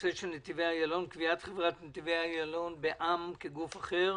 בנושא קביעת חברת נתיבי איילון בע"מ כ"גוף אחר"